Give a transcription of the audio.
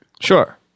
Sure